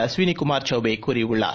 Ashwini Kumar சௌபேகூறியுள்ளார்